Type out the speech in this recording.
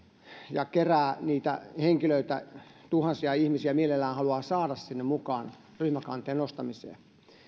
ja kerää mukaan niitä henkilöitä tuhansia ihmisiä mielellään haluaa saada sinne ryhmäkanteen nostamiseen